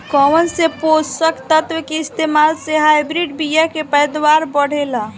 कौन से पोषक तत्व के इस्तेमाल से हाइब्रिड बीया के पैदावार बढ़ेला?